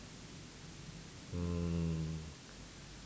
mm